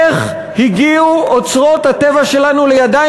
איך הגיעו אוצרות הטבע שלנו לידיים